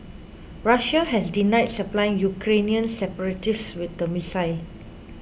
Russia has denied supplying Ukrainian separatists with the missile